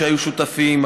שהיו שותפים,